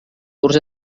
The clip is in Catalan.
curs